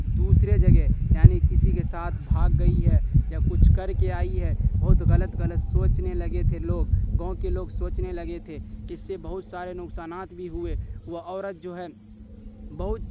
دوسرے جگہ یعنی کسی کے ساتھ بھاگ گئی ہے یا کچھ کر کے آئی ہے بہت غلط غلط سوچنے لگے تھے لوگ گاؤں کے لوگ سوچنے لگے تھے اس سے بہت سارے نقصانات بھی ہوئے وہ عورت جو ہے بہت